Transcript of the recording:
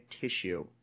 tissue